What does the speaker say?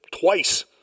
twice